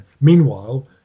Meanwhile